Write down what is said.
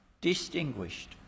distinguished